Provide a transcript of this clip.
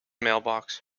mailbox